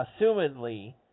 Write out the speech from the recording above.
assumedly